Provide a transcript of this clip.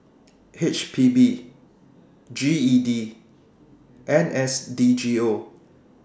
H P B G E D and N S D G O